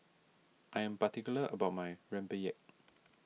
I am particular about my Rempeyek